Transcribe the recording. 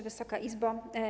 Wysoka Izbo!